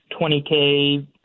20K